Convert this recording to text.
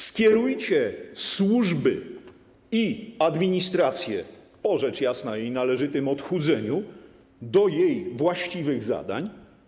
Skierujcie służby i administrację - po, rzecz jasna, jej należytym odchudzeniu - do ich właściwych zadań.